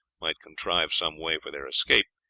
might contrive some way for their escape,